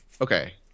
okay